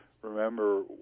Remember